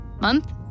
Month